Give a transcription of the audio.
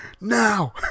now